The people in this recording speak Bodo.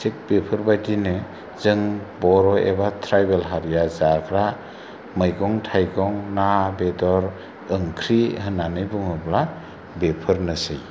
थिग बेफोरबायदिनो जों बर' एबा ट्राइबेल हारिया जाग्रा मैगं थाइगं ना बेदर ओंख्रि होननानै बुङोब्ला बेफोरनोसै